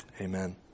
amen